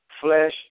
flesh